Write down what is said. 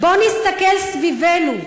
אבל בוא ונסתכל סביבנו.